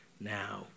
now